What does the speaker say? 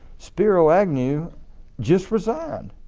spiro agnew just resigned.